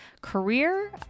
career